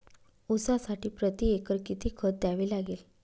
ऊसासाठी प्रतिएकर किती खत द्यावे लागेल?